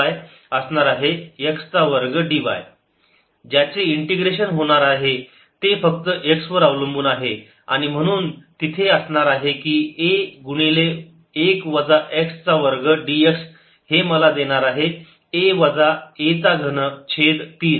dlVy∂x Vx∂ydxdy ज्याचे इंटिग्रेशन होणार आहे ते फक्त x वर अवलंबून आहे आणि म्हणून तिथे असे असणार आहे की a गुणिले 1 वजा x चा वर्ग dx हे मला देणार आहे a वजा a चा घन छेद 3